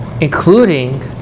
including